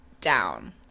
down